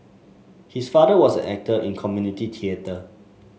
his father was an actor in community theatre